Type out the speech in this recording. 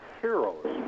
heroes